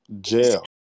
jail